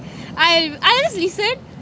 I I always listen